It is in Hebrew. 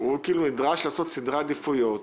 נדרש לעשות סדרי עדיפויות.